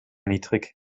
niedrig